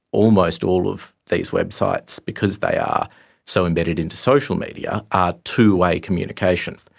almost all of these websites, because they are so embedded into social media are two-way communication.